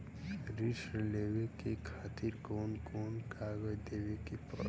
ऋण लेवे के खातिर कौन कोन कागज देवे के पढ़ही?